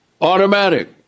automatic